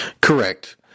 Correct